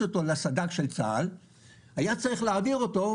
אותו לסד"כ של צה"ל היה צריך להעביר אותו,